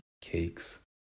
cakes